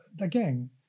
again